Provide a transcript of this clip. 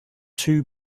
two